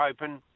open